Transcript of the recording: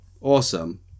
Awesome